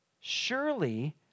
Surely